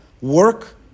work